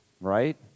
Right